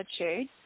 attitude